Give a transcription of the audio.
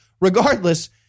Regardless